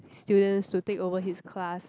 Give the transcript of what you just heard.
students to take over his class